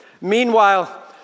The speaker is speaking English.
Meanwhile